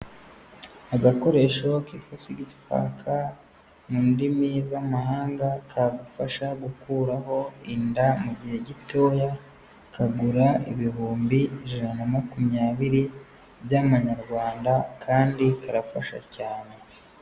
Agakoresho kitwa sigisi paka mu ndimi z'amahanga kagufasha gukuraho inda mu gihe gitoya, kagura ibihumbi ijana na makumyabiri by'Amanyarwanda kandi karafasha cyane.